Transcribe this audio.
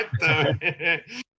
right